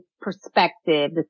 perspective